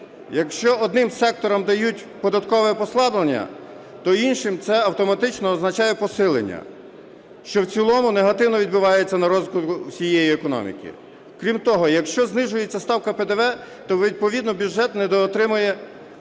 Якщо одним секторам дають податкове послаблення, то іншим це автоматично означає посилення, що в цілому негативно відбивається на розвитку всієї економіки. Крім того, якщо знижується ставка ПДВ, то відповідно бюджет недоотримує надходжень